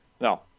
No